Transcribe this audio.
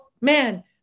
man